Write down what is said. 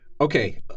Okay